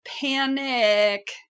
panic